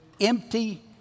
empty